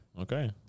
Okay